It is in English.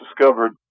discovered